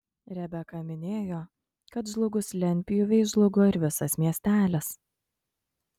rebeka minėjo kad žlugus lentpjūvei žlugo ir visas miestelis